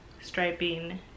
striping